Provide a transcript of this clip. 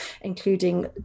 including